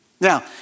Now